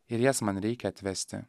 ir jas man reikia atvesti